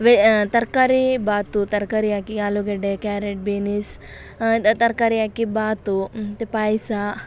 way ತರಕಾರಿ ಭಾತು ತರಕಾರಿ ಹಾಕಿ ಆಲೂಗಡ್ಡೆ ಕ್ಯಾರೇಟ್ ಬಿನೀಸ್ ತರಕಾರಿ ಹಾಕಿ ಭಾತು ಮತ್ತು ಪಾಯಸ